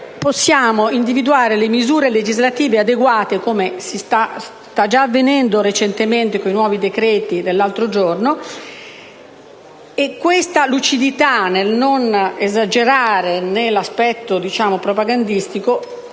possiamo individuare le misure legislative adeguate, come sta già avvenendo con i nuovi decreti. Questa lucidità nel non esagerare nell'aspetto propagandistico